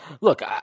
Look